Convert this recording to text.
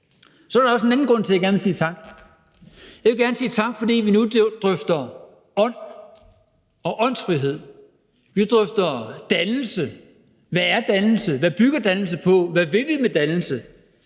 Så er der også en anden grund til, at jeg gerne vil sige tak. Jeg vil gerne sige tak, fordi vi nu drøfter ånd og åndsfrihed. Vi drøfter dannelse. Hvad er dannelse? Hvad bygger dannelse på? Hvad vil vi med dannelse?